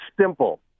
Simple